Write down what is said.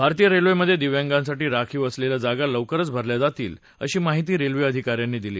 भारतीय रेल्वमध्ये दिव्यांगांसाठी राखीव असलेल्या जागा लवकरच भरल्या जातीलअशी माहिती रेल्वेअधिकाऱ्यांनी दिली